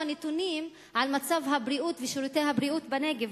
נתונים על מצב ושירותי הבריאות בנגב,